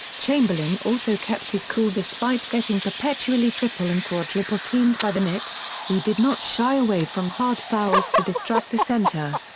chamberlain also kept his cool despite getting perpetually triple and quadruple-teamed by the knicks, who did not shy away from hard fouls to distract the center.